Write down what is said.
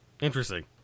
Interesting